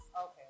Okay